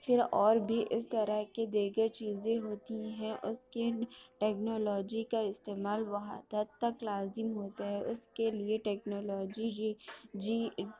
پھر اور بھی اس طرح کے دیگر چیزیں ہوتی ہیں اس کے لیے ٹیکنالوجی کا استعمال بہت حد تک لازم ہوتا ہے اس کے لیے ٹیکنالوجی ہی جی